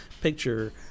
picture